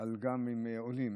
גם אם עולים.